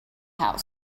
house